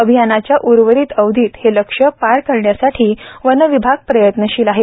अभियानाच्याउर्वरित अवधीत हे लक्ष्य पार करण्यासाठी वनविभाग प्रयत्नशील आहे